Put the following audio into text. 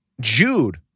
Jude